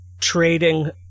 trading